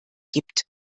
gibt